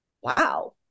wow